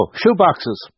shoeboxes